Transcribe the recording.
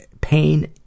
pain